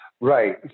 Right